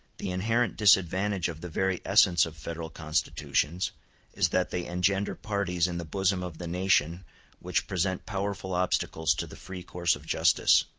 the inherent disadvantage of the very essence of federal constitutions is that they engender parties in the bosom of the nation which present powerful obstacles to the free course of justice.